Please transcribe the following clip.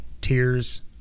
Tears